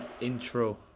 intro